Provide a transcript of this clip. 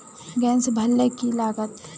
Gas भरले की लागत?